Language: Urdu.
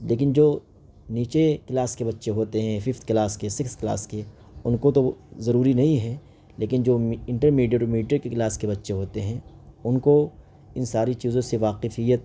لیکن جو نیچے کلاس کے بچّے ہوتے ہیں ففتھ کلاس کے سکس کلاس کے ان کو تو ضروری نہیں ہے لیکن جو انٹر میڈیٹ اور میڈیٹ کے کلاس کے بچّے ہوتے ہیں ان کو ان ساری چیزوں سے واقفیت